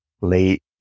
late